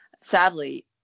Sadly